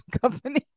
company